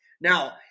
Now